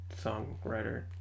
Songwriter